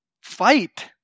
fight